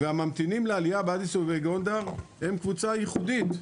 והממתינים לעלייה באדיס ובגונדר הם קבוצה ייחודית.